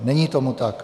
Není tomu tak.